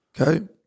Okay